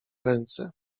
ręce